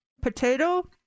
Potato